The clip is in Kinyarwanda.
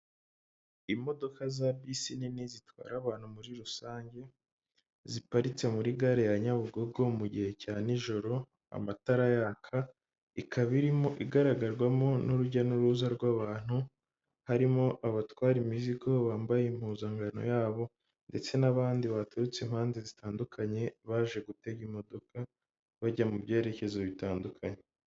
Imodoka za bisi nini zitwara abantu muri rusange ziparitse muri gare ya nyabugogo mu gihe cya nijoro amatara yaka, ikaba irimo igaragarwamo n'urujya n'uruza rw'abantu harimo abatwara imizigo bambaye impuzangano yabo ndetse n'abandi baturutse impande zitandukanye baje gutega imodoka bajya mu byerekezo bitandukanye.